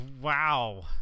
Wow